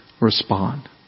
respond